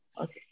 Okay